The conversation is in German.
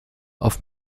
auf